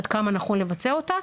עד כמה נכון לבצע אותה.